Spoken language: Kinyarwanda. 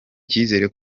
icyizere